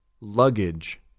Luggage